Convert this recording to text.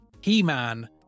he-man